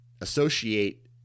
associate